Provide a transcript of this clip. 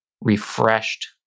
refreshed